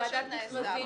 זה לא של תנאי סף.